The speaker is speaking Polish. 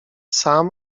sam